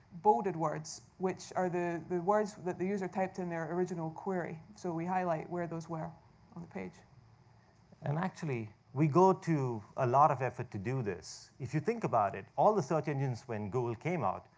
bolded words, which are the the words that the user typed in their original query. so we highlight where those were on the page. ben gomes and, actually, we go to a lot of effort to do this. if you think about it, all the search engines, when google came out,